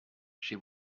she